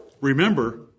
Remember